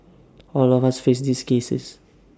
all of us face these cases